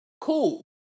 cool